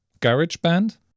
GarageBand